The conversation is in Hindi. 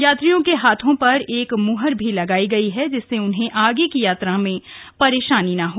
यात्रियों के हाथों पर एक म्हर भी लगायी गयी है जिससे उन्हें आगे की यात्रा में परेशानी न हो